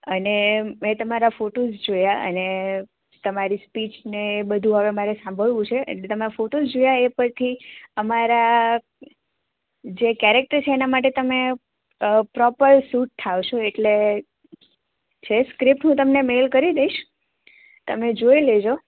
અને મેં તમારા ફોટોસ જોયાં અને તમારી સ્પીચ ને બધું હવે અમારે સાંભળવું છે એટલે તમારા ફોટોસ જોયાં એ પરથી અમારા જે કેરેક્ટર છે એના માટે તમે પ્રોપર સૂટ થાઓ છો એટલે જે સ્ક્રિપ્ટ તમને હું મેઇલ કરી દઈશ તમે જોઈ લેજો